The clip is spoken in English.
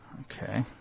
Okay